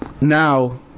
Now